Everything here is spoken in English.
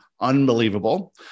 unbelievable